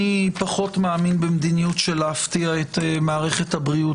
אני פחות מאמין במדיניות של הפתעת מערכת הבריאות